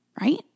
right